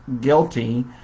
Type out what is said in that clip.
guilty